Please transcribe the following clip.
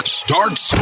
starts